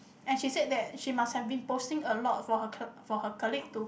and she said that she must have been posting a lot for her cl~ for her colleague to